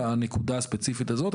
הנקודה הספציפית הזאת,